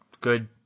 good